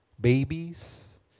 babies